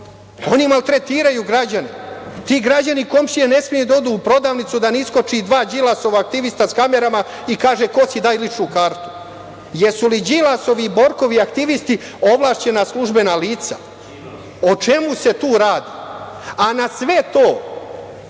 Oni maltretiraju građane. Ti građani i komšije ne smeju da odu u prodavnicu da ne iskoče dva Đilasova aktivista s kamerama i kaže - ko si, daj ličnu kartu. Jesu li Đilasovi i Borkovi aktivisti ovlašćena službena lica? O čemu se tu radi? Na sve to,